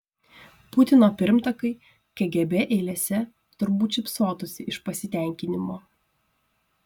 putino pirmtakai kgb eilėse turbūt šypsotųsi iš pasitenkinimo